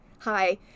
hi